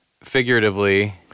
Figuratively